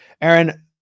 Aaron